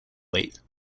weight